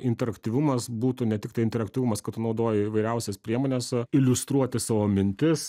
interaktyvumas būtų ne tiktai interaktyvumas kad tu naudoji įvairiausias priemones iliustruoti savo mintis